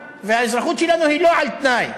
והאזרחות שלנו היא לא על-תנאי.